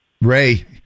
Ray